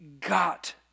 got